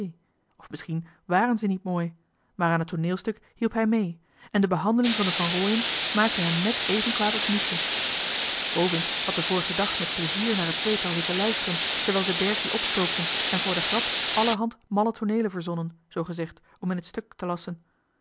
métier misschien wàren ze ook wel niet mooi maar aan het tooneelstuk hielp hij mee en de behandeling van de van rooien's maakte hem net even kwaad als miesje hovink had den vorigen dag met plezier naar het tweetal zitten luisteren terwijl ze berkie opstookten en voor de grap allerhand malle tooneelen verzonnen zoogezegd om in het stuk te lasschen